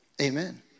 Amen